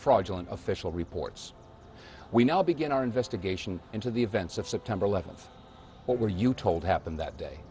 fraudulent official reports we now begin our investigation into the events of september eleventh what were you told happened that day